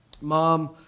mom